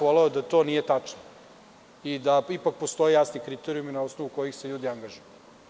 Voleo bih da to nije tačno i da ipak postoje jasni kriterijumi na osnovu kojih se ljudi angažuju.